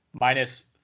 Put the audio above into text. minus